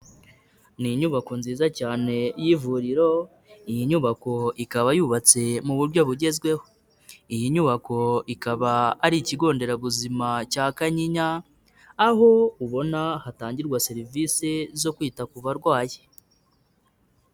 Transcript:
Ni inyubako nziza cyane y'ivuriro, iyi nyubako ikaba yubatse mu buryo bugezweho, iyi nyubako ikaba ari ikigo nderabuzima cya Kanyinya, aho ubona hatangirwa serivisi zo kwita ku barwayi.